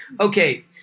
Okay